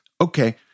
Okay